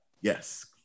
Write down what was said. Yes